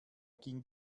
ging